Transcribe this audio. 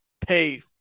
pay